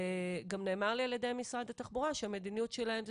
גם נאמר לי על-ידי משרד התחבורה שהמדיניות שלהם היא